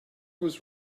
was